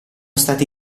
stati